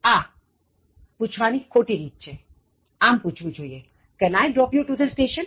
આ પૂછવાની ખોટી રીત છેઆમ પૂછવું જોઇએ Can I drop you to the station